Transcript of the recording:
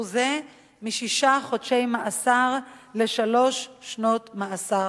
זה משישה חודשי מאסר לשלוש שנות מאסר,